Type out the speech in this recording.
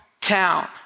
town